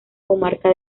comarca